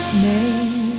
name